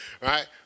right